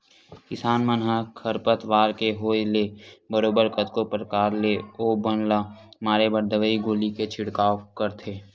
किसान मन ह खरपतवार के होय ले बरोबर कतको परकार ले ओ बन ल मारे बर दवई गोली के छिड़काव करथे